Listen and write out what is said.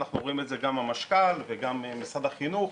אנחנו רואים את זה גם במשכ"ל וגם במשרד החינוך,